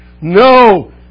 No